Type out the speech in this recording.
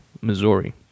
missouri